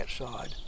outside